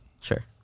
Sure